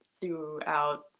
throughout